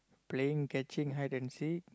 playing catching hide and seek